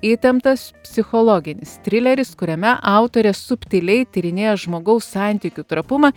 įtemptas psichologinis trileris kuriame autorė subtiliai tyrinėja žmogaus santykių trapumą